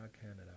Canada